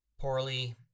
poorly